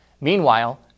Meanwhile